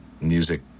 music